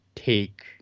take